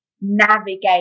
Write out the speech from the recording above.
navigate